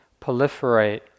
proliferate